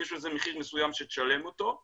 יש על זה מחיר מסוים שנשלם אותו.